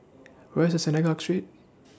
Where IS Synagogue Street